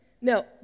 No